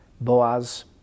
Boaz